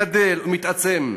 גדל ומתעצם.